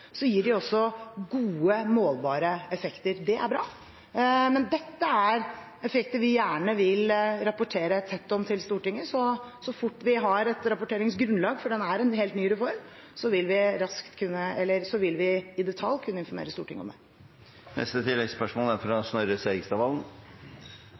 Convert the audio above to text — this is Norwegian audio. gir de også gode, målbare effekter. Det er bra. Men dette er effekter vi gjerne vil rapportere om til Stortinget, så så fort vi har et rapporteringsgrunnlag – for dette er en helt ny reform – vil vi i detalj kunne